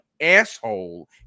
asshole